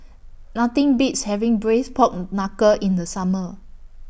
Nothing Beats having Braised Pork Knuckle in The Summer